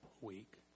week